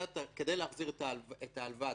כדי להחזיר את ההלוואה,